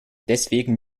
deswegen